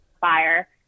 Fire